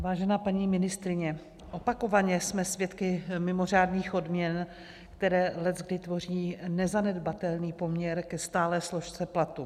Vážená paní ministryně, opakovaně jsme svědky mimořádných odměn, které leckdy tvoří nezanedbatelný poměr ke stálé složce platu.